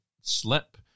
slip